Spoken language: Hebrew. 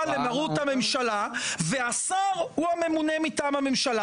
למרות הממשלה והשר הוא הממונה מטעם הממשלה,